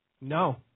No